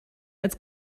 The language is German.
als